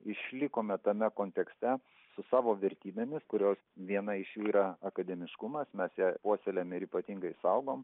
išlikome tame kontekste su savo vertybėmis kurios viena iš jų yra akademiškumas mes ją puoselėjame ir ypatingai saugom